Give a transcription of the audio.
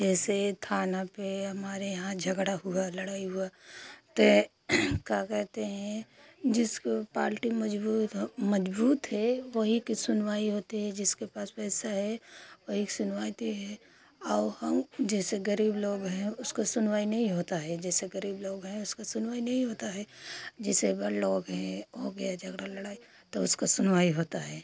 जैसे थाना पर हमारे यहाँ झगड़ा हुआ लड़ाई हुई तो क्या कहते हैं जिसको पालटी मज़बूत हो मज़बूत है वही की सुनवाई होती है जिसके पास पैसा है वही के सुनवाती है और हम जैसे ग़रीब लोग हैं उसकाे सुनवाई नहीं होती है जैसे ग़रीब लोग हैं उसकी सुनवाई नहीं होती है जैसे बड़े लोग हैं हो गया झगड़ा लड़ाई तो उनकी सुनवाई होती है